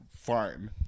Fine